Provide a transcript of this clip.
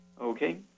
Okay